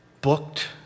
booked